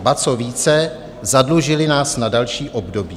A co více, zadlužily nás na další období.